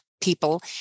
people